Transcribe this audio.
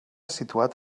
situat